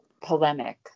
polemic